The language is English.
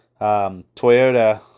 Toyota